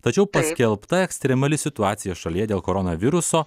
tačiau paskelbta ekstremali situacija šalyje dėl koronaviruso